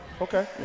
Okay